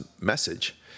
message